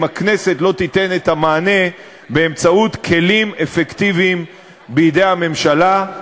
אם הכנסת לא תיתן את המענה באמצעות כלים אפקטיביים בידי הממשלה,